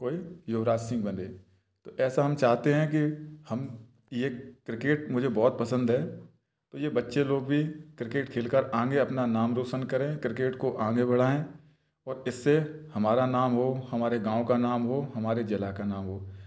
कोई युवराज सिंह बने तो ऐसा हम चाहते हैं कि हम ये क्रिकेट मुझे बहुत पसंद है तो ये बच्चे लोग भी क्रिकेट खेल कर आगे अपना नाम रोशन करें क्रिकेट को आगे बढ़ाएँ और इससे हमारा नाम हो हमारे गाँव का नाम हो हमारे जिले का नाम हो